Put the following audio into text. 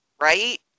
right